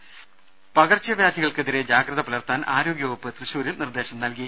ദേദ പകർച്ചവ്യാധികൾക്കെതിരെ ജാഗ്രത പുലർത്താൻ ആരോഗ്യ വകുപ്പ് തൃശ്ശൂരിൽ നിർദ്ദേശം നൽകി